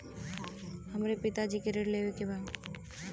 हमरे पिता जी के ऋण लेवे के बा?